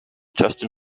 justin